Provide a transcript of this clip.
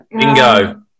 Bingo